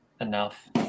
Enough